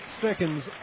seconds